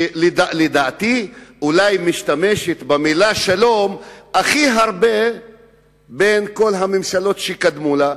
שלדעתי אולי משתמשת במלה "שלום" הכי הרבה מול כל הממשלות שקדמו לה,